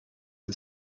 are